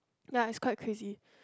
ya is quite crazy